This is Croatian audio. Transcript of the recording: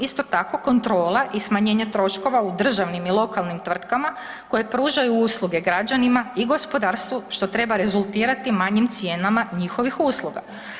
Isto tako kontrola i smanjenje troškova u državnim i lokalnim tvrtkama koje pružaju usluge građanima i gospodarstvu što treba rezultirati manjim cijenama njihovih usluga.